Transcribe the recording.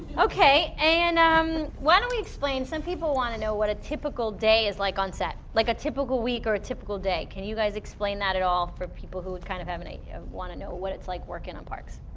ok, and um why don't we explain, some people want to know what a typical day is like on set. like a typical week or a typical day. can you guys explain that at all for people who kind of um and yeah want to know what it's like working on parks?